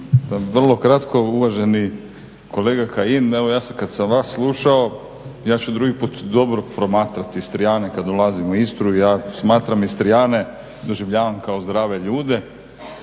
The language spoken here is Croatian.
Vrlo kratko uvaženi kolega Kajin. Evo ja kad sam vas slušao ja ću drugi puta dobro promatrati Istrijane kad dolazim u Istru, ja smatram Istrijane, doživljavam kao zdrave ljude.